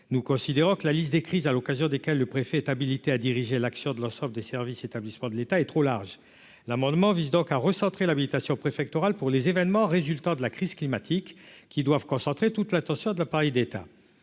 nous considérons que la liste des crises à l'occasion desquelles le préfet est habilité à diriger l'action de l'ensemble des services établissements de l'État est trop large, l'amendement vise donc à recentrer l'habilitation préfectorale pour les événements résultant de la crise climatique qui doivent concentrer toute l'attention de l'appareil d'État